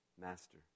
Master